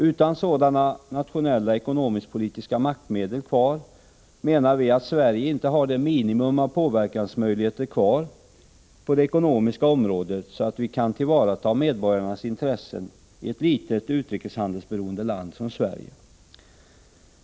Utan sådana nationella ekonomisk-politiska maktmedel menar vi att Sverige inte har det minimum av påverkansmöjligheter kvar på det ekonomiska området som behövs för att vi skall kunna tillvarata medborgarnas intressen i ett litet utrikeshandelsberoende land som Sverige.